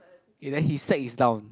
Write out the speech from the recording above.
and then he sack his down